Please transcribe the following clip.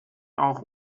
auch